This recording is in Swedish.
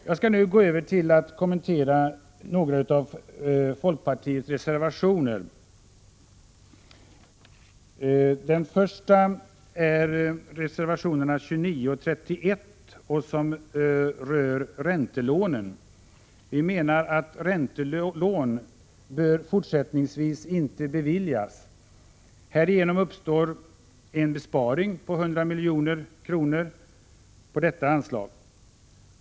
Jag skall nu gå över till att kommentera några av folkpartiets reservationer. Reservationerna 29 och 31 rör räntelånen. Vi menar att räntelån fortsättningsvis inte bör beviljas. Härigenom uppstår en besparing på 100 milj.kr. på detta anslag.